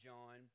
John